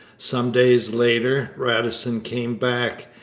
some days later radisson came back.